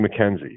McKenzie